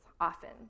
often